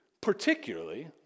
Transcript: Particularly